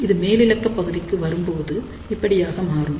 அது மேலிலக்க பகுதிக்கு வரும்போது இப்படியாக மாறும்